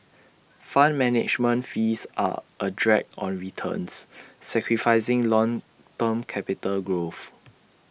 fund management fees are A drag on returns sacrificing long term capital growth